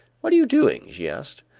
what are you doing? she asked.